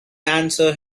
answer